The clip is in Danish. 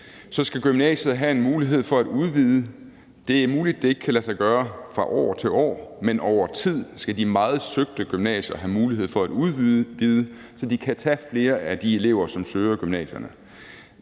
skal gymnasiet have en mulighed for at udvide. Det er muligt, at det ikke kan lade sig gøre fra år til år, men over tid skal de meget søgte gymnasier have en mulighed for at udvide, så de kan tage flere af de elever, som søger gymnasierne.